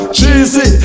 Cheesy